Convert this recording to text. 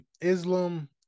Islam